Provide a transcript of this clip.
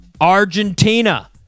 Argentina